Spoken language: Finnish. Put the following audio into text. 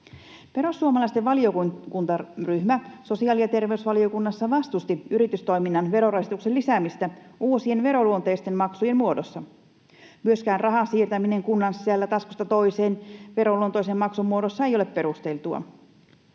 Perussuomalaisten valiokuntaryhmä sosiaali- ja terveysvaliokunnassa vastusti yritystoiminnan verorasituksen lisäämistä uusien veroluonteisten maksujen muodossa. Myöskään rahan siirtäminen kunnan siellä taskusta toiseen veroluontoisen maksun muodossa ei ole perusteltua.